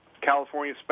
California